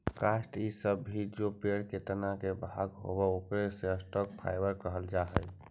काष्ठ इ सब भी जे पेड़ के तना के भाग होवऽ, ओकरो भी स्टॉक फाइवर कहल जा हई